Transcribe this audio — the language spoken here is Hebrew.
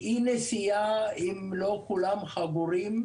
אי נסיעה אם לא כולם חגורים,